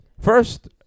First